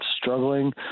struggling